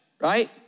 right